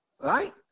right